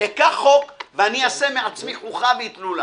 אקח חוק ואני אעשה מעצמי חוכא ואטלולא.